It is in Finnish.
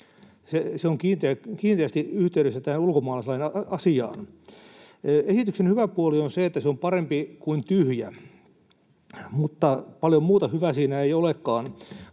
Se on kiinteästi yhteydessä tähän ulkomaalaislain asiaan. Esityksen hyvä puoli on se, että se on parempi kuin tyhjä, mutta paljon muuta hyvää siinä ei olekaan,